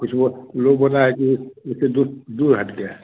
कुछ वह लोग बोल रहा है कि उससे दूर हट कर है